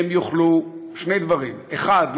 שני דברים: אחד,